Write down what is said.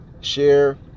share